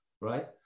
right